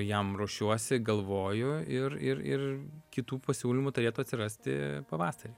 jam ruošiuosi galvoju ir ir ir kitų pasiūlymų turėtų atsirasti pavasarį